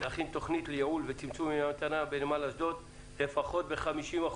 להכין תוכנית לייעול וצמצום ימי ההמתנה בנמל אשדוד לפחות ב-50%.